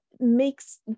makes